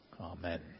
Amen